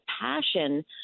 passion